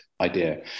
idea